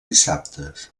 dissabtes